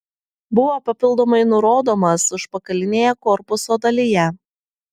buvo papildomai nurodomas užpakalinėje korpuso dalyje